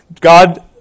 God